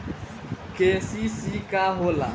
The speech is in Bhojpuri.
के.सी.सी का होला?